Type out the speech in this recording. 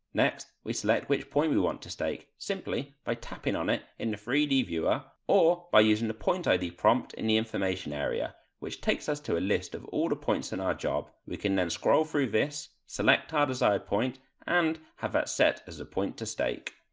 next, we select which point we want to stake simply by tapping on it in the three d viewer or by using the point id prompt in the information area, which takes us to a list of all the points in our job. we can then scroll through this, select our ah desired point and have that set as the point to stake.